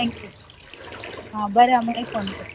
thank you आ बरें हांव मागीर फोन करतां